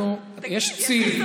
אנחנו, תגיד.